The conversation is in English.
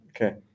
Okay